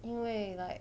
因为 like